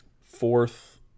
fourth